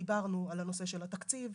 דיברנו על הנושא של התקציב,